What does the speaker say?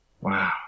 Wow